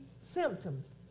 symptoms